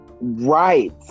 right